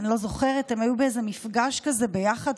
אני לא זוכרת אם היו באיזה מפגש כזה ביחד,